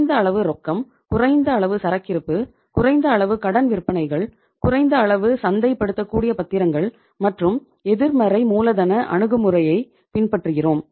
குறைந்த அளவு ரொக்கம் குறைந்த அளவு சரக்கிருப்பு குறைந்த அளவு கடன் விற்பனைகள் குறைந்த அளவு சந்தை படுத்தக்கூடிய பத்திரங்கள் மற்றும் எதிர்மறை மூலதன அணுகுமுறையை பின்பற்றுகிறோம்